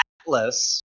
Atlas